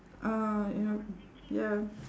uh you ya